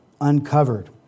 uncovered